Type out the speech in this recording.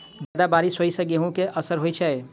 जियादा बारिश होइ सऽ गेंहूँ केँ असर होइ छै?